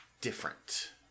different